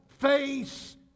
face